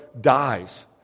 dies